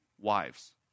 wives